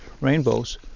rainbows